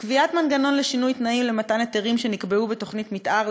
קביעת מנגנון לשינוי תנאים למתן היתרים שנקבעו בתוכנית מתאר,